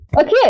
Okay